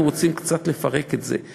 אנחנו רוצים קצת לפרק את זה,